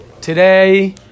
today